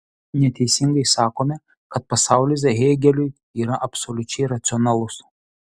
neteisingai sakome kad pasaulis hėgeliui yra absoliučiai racionalus